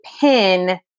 pin